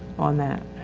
on that,